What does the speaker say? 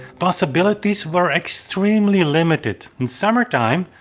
possibilities were extremely limited in summer time,